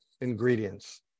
ingredients